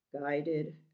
guided